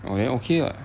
oh then okay lah